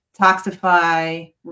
toxify